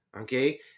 okay